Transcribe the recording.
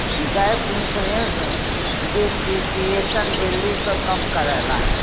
gap insurance depreciation value क कम करला